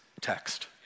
text